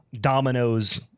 dominoes